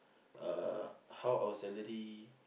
uh how our salary